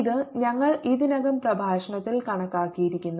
ഇത് ഞങ്ങൾ ഇതിനകം പ്രഭാഷണത്തിൽ കണക്കാക്കിയിരുന്നു